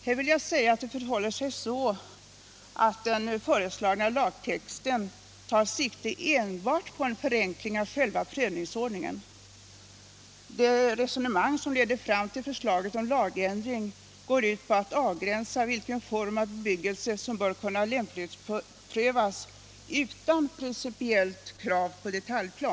Här vill jag säga att det förhåller sig så att den föreslagna lagtexten tar sikte enbart — Nr 139 på en förenkling av själva prövningsordningen. Det resonemang som Onsdagen den ledde fram till förslaget om lagändring går ut på att avgöra vilken form 25 maj 1977 av bebyggelse som bör kunna lämplighetsprövas utan principiellt krav LL på detaljplan.